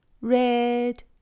Red